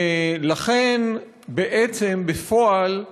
ולכן, בעצם, בפועל,